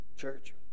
Church